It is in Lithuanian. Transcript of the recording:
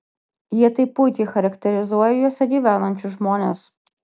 jie taip puikiai charakterizuoja juose gyvenančius žmones